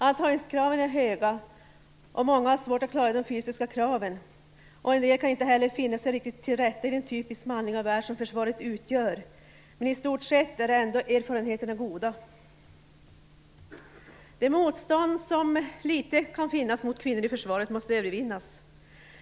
Antagningskraven är höga, många har svårt att klara de fysiska kraven, och en del kan inte heller finna sig riktigt tillrätta i den typiskt manliga värld som försvaret utgör. Men i stort sett är erfarenheterna ändå goda. Det lilla motstånd som kan finnas i försvaret mot kvinnor måste övervinnas.